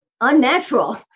unnatural